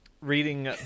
reading